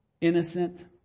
innocent